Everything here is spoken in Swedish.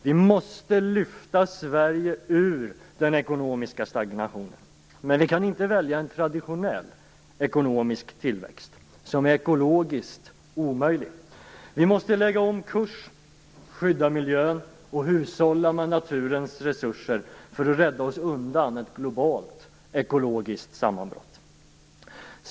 Vi måste lyfta Sverige ur den ekonomiska stagnationen. Men vi kan inte välja en traditionell ekonomisk tillväxt som är ekologiskt omöjlig. Vi måste lägga om kurs, skydda miljön och hushålla med naturens resurser för att rädda oss undan ett globalt ekologiskt sammanbrott.